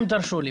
אם תרשו לי,